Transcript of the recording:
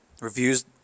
reviews